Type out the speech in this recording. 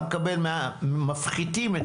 מפחיתים את